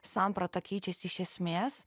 samprata keičiasi iš esmės